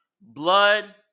Blood